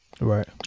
right